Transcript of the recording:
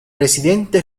presidente